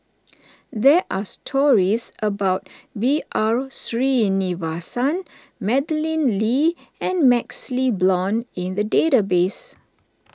there are stories about B R Sreenivasan Madeleine Lee and MaxLe Blond in the database